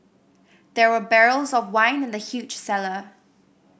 there were barrels of wine in the huge cellar